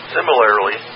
Similarly